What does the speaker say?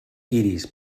iris